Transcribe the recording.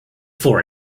for